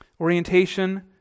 Orientation